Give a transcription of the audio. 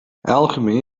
alchemy